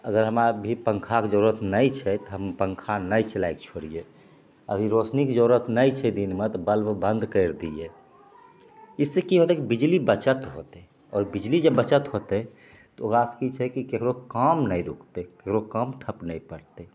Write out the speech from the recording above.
अगर हमरा अभी पँखाक जरूरत नहि छै तऽ पँखा नहि चलाके छोड़ियै अभी रोशनीके जरूरत नहि छै दिनमे तऽ बल्ब बन्द कैरि दियै इससे की होतै कि बिजली बचत होतै आओर बिजली बचत होतै ओकरासे की छै की केकरो काम नहि रुकतै केकरो काम ठप नहि पड़तै